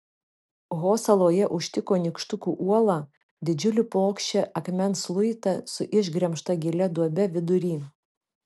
ho saloje užtiko nykštukų uolą didžiulį plokščią akmens luitą su išgremžta gilia duobe vidury